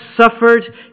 suffered